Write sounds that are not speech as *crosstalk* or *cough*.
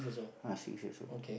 *breath* ah six years old